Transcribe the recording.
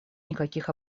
никаких